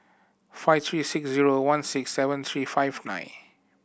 five three six zero one six seven three five nine